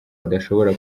adashobora